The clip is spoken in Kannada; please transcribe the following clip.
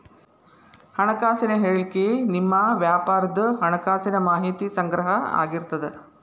ಹಣಕಾಸಿನ ಹೇಳಿಕಿ ನಿಮ್ಮ ವ್ಯಾಪಾರದ್ ಹಣಕಾಸಿನ ಮಾಹಿತಿಯ ಸಂಗ್ರಹ ಆಗಿರ್ತದ